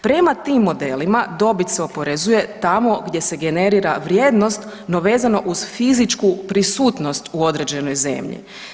Prema tim modelima dobit se oporezuje tamo gdje se generira vrijednost no vezano uz fizičku prisutnost u određenoj zemlji.